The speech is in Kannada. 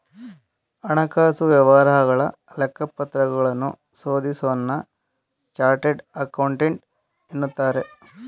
ಹಣಕಾಸು ವ್ಯವಹಾರಗಳ ಲೆಕ್ಕಪತ್ರಗಳನ್ನು ಶೋಧಿಸೋನ್ನ ಚಾರ್ಟೆಡ್ ಅಕೌಂಟೆಂಟ್ ಎನ್ನುತ್ತಾರೆ